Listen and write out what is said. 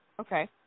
Okay